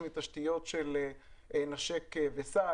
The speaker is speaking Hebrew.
אם אלה תשתיות של נשק וסע,